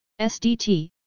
SDT